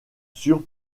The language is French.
sur